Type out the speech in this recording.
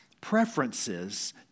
Preferences